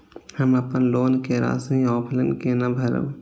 हम अपन लोन के राशि ऑफलाइन केना भरब?